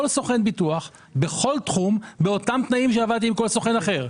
סוכן ביטוח בכל תחום באותם תנאים שעבדתי עם כל סוכן אחר,